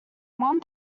one